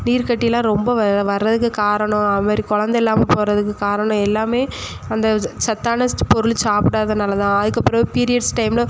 நீர்கட்டி எல்லாம் ரொம்ப வ வர்றதுக்கு காரணம் அதுமாரி குலந்த இல்லாமல் போகறதுக்கு காரணம் எல்லாமே அந்த சத்தான ச் பொருள் சாப்பிடாதானால தான் அதுக்கப்புறம் பீரியட்ஸ் டைம்மில்